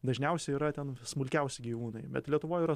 dažniausiai yra ten smulkiausi gyvūnai bet lietuvoj yra